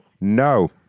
No